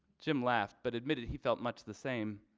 jim laughed but admitted he felt much the same.